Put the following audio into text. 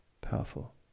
Powerful